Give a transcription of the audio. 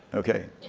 okay.